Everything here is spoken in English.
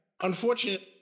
Unfortunate